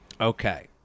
Okay